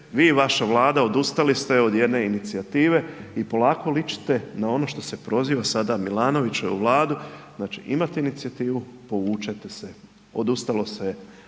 vi i vaša Vlada odustali ste od jedne inicijative i polako ličite na ono što se proziva sada Milanovićevu Vladu, znači imate inicijativu, povučete se, odustalo se je